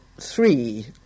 three